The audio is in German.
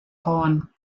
horn